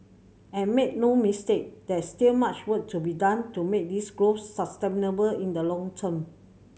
and made no mistake there's still much work to be done to make this growth sustainable in the long term